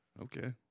okay